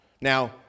Now